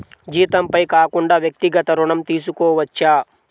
జీతంపై కాకుండా వ్యక్తిగత ఋణం తీసుకోవచ్చా?